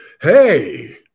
Hey